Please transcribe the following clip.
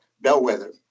bellwether